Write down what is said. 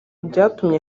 byatumye